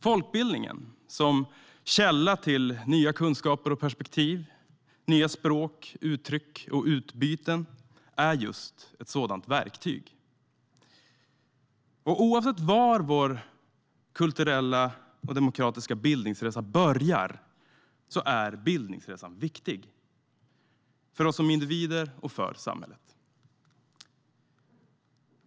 Folkbildningen som källa till nya kunskaper och perspektiv, nya språk, uttryck och utbyten är just ett sådant verktyg. Oavsett var vår kulturella och demokratiska bildningsresa börjar är den viktig, för oss som individer och för samhället.